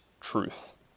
truth